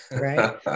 right